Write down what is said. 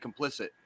complicit